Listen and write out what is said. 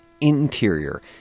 interior